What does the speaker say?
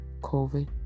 COVID